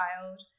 wild